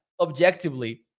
objectively